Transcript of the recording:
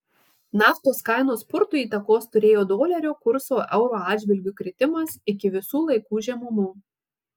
naftos kainų spurtui įtakos turėjo dolerio kurso euro atžvilgiu kritimas iki visų laikų žemumų